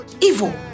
evil